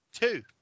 two